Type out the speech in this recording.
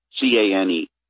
C-A-N-E